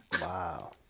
Wow